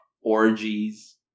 orgies